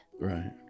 Right